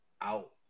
out